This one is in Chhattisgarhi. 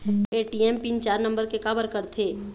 ए.टी.एम पिन चार नंबर के काबर करथे?